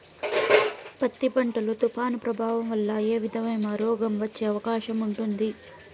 పత్తి పంట లో, తుఫాను ప్రభావం వల్ల ఏ విధమైన రోగం వచ్చే అవకాశం ఉంటుంది?